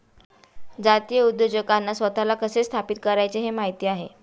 जातीय उद्योजकांना स्वतःला कसे स्थापित करायचे हे माहित आहे